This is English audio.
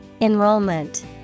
Enrollment